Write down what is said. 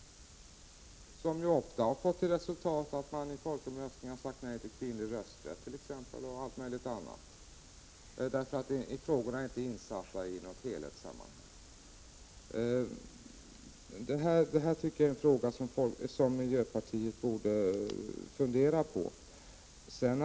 Den har ju ofta fått sådana resultat som exempelvis nej till kvinnlig rösträtt, eftersom frågorna inte varit insatta i något helhetssammanhang. Detta är en fråga som jag tycker att miljöpartiet borde fundera på.